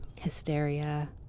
hysteria